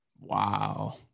Wow